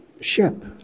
ship